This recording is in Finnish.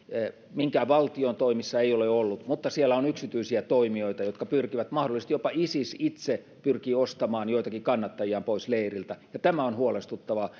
minkään valtion toimissa ei ole ollut mutta siellä on yksityisiä toimijoita jotka pyrkivät mahdollisesti jopa isis itse pyrkii ostamaan joitakin kannattajiaan pois leiriltä ja tämä on huolestuttavaa